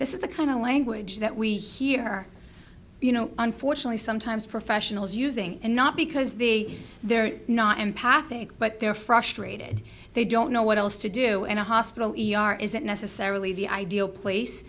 this is the kind of language that we hear you know unfortunately sometimes professionals using and not because the they're not empathic but they're frustrated they don't know what else to do and a hospital isn't necessarily the ideal place